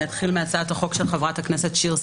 אני אתחיל מהצעת החוק של חברת הכנסת שיר סגמן.